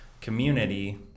community